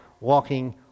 walking